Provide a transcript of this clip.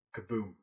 Kaboom